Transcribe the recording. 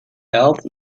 else